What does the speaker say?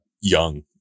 young